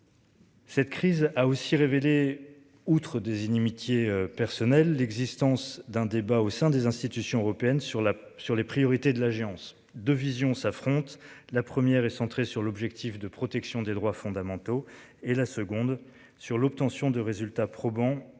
Cette crise a aussi révélé. Outre des inimitiés personnelles l'existence d'un débat au sein des institutions européennes sur la sur les priorités de l'agence 2 visions s'affrontent, la première est centré sur l'objectif de protection des droits fondamentaux et la seconde sur l'obtention de résultats probants en matière de lutte contre